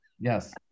yes